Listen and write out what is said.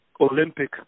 Olympic